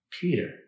Peter